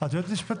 את יועצת משפטית.